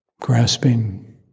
grasping